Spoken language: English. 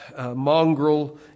mongrel